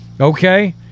Okay